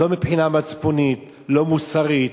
לא מבחינה מצפונית ולא מוסרית.